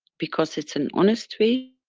because it's an honest way,